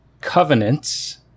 covenants—